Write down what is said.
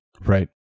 Right